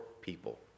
people